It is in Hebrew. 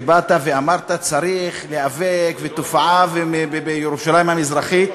ובאת ואמרת שצריך להיאבק בתופעה בירושלים המזרחית.